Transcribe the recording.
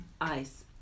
ice